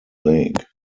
lake